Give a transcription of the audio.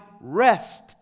rest